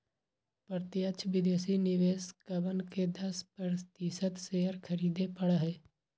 प्रत्यक्ष विदेशी निवेशकवन के दस प्रतिशत शेयर खरीदे पड़ा हई